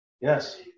Yes